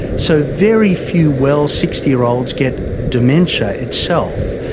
so very few well sixty year olds get dementia itself,